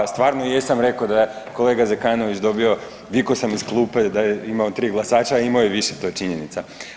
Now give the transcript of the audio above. Stvarno jesam rekao da je kolega Zekanović dobio vikao sam iz klupe da je imao 3 glasača, a imao je više to je činjenica.